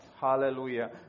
Hallelujah